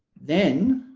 then